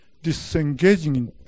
disengaging